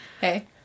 Hey